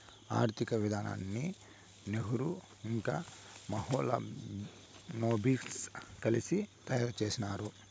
ఆర్థిక విధానాన్ని నెహ్రూ ఇంకా మహాలనోబిస్ కలిసి తయారు చేసినారు